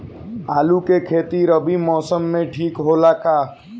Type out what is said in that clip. आलू के खेती रबी मौसम में ठीक होला का?